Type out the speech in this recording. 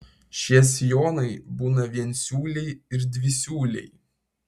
šie sijonai būna viensiūliai ir dvisiūliai